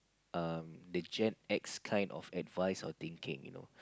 err the Gen-X kind of advice or thinking you know